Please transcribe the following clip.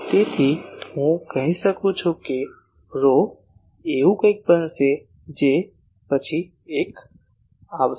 તેથી હું એમ કહી શકું છું કે ρ એ કંઈક ρr બનશે જે એક પછી એક આવશે